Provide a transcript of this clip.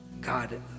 God